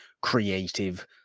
creative